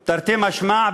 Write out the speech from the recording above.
לחבל תרתי משמע,